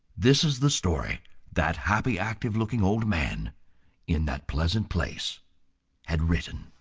this is the story that happy, active-looking old man in that pleasant place had written.